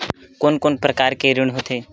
कोन कोन प्रकार के ऋण होथे?